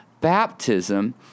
baptism